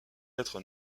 être